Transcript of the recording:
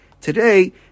today